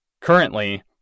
Currently